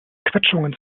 quetschungen